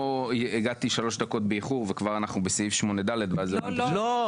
הגעתי שלוש דקות באיחור וכבר אנחנו בסעיף 8ד. לא,